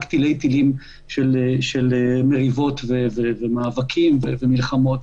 רק תלי תילים של מריבות, מאבקים ומלחמות.